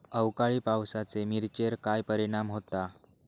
अवकाळी पावसाचे मिरचेर काय परिणाम होता?